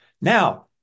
Now